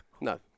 No